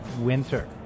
winter